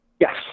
Yes